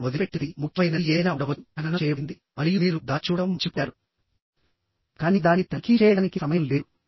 మీరు వదిలిపెట్టినది ముఖ్యమైనది ఏదైనా ఉండవచ్చు ఖననం చేయబడింది మరియు మీరు దాన్ని చూడటం మర్చిపోయారు కానీ దాన్ని తనిఖీ చేయడానికి సమయం లేదు